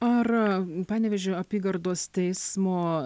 ar panevėžio apygardos teismo